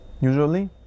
usually